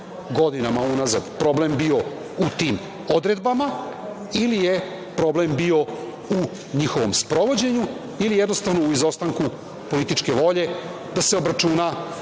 godinama unazad problem bio u tim odredbama ili je problem bio u njihovom sprovođenju ili jednostavno u izostanku političke volje da se obračuna